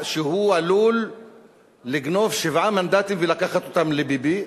שהוא עלול לגנוב שבעה מנדטים ולקחת אותם לביבי.